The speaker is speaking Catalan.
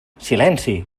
silenci